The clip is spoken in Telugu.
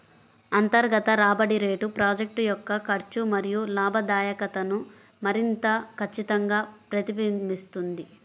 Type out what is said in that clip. అంతర్గత రాబడి రేటు ప్రాజెక్ట్ యొక్క ఖర్చు మరియు లాభదాయకతను మరింత ఖచ్చితంగా ప్రతిబింబిస్తుంది